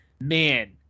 man